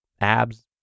abs